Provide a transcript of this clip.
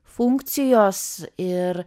funkcijos ir